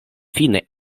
fine